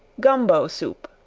gumbo soup.